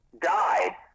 died